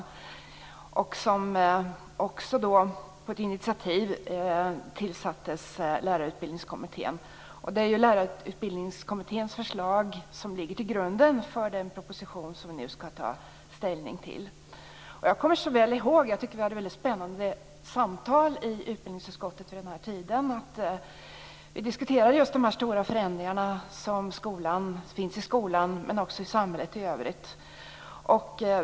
På ett initiativ tillsattes Lärarutbildningskommittén, och det är Lärarutbildningskommitténs förslag som ligger till grund för den proposition som vi nu ska ta ställning till. Jag kommer så väl ihåg det här. Jag tycker att vi hade väldigt spännande samtal i utbildningsutskottet vid den här tiden. Vi diskuterade just de stora förändringarna i skolan, men också i samhället i övrigt.